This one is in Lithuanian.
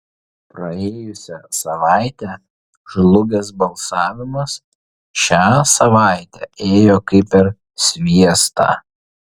praėjusią savaitę žlugęs balsavimas šią savaitę ėjo kaip per sviestą